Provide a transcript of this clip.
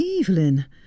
Evelyn